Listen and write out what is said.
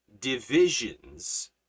divisions